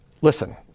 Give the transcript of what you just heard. Listen